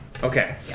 Okay